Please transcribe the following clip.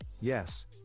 yes